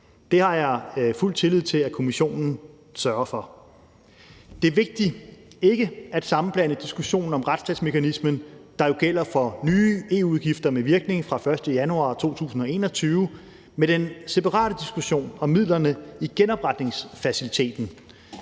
Det har jeg fuld tillid til at Kommissionen sørger for. Kl. 18:58 Det er vigtigt ikke at sammenblande diskussionen om retsstatsmekanismen, der jo gælder for nye EU-udgifter med virkning fra den 1. januar 2021, med den separate diskussion om midlerne i genopretningsfaciliteten.